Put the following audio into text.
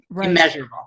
immeasurable